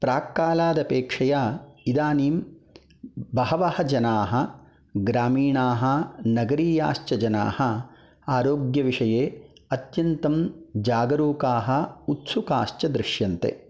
प्रात्कालात् अपेक्षया इदानीं बहवः जनाः ग्रामीणाः नगरीयाश्च जनाः आरोग्यविषये अत्यन्तं जागरूकाः उत्सुकाश्च दृश्यन्ते